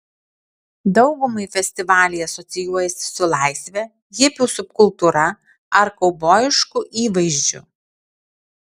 daugumai festivaliai asocijuojasi su laisve hipių subkultūra ar kaubojišku įvaizdžiu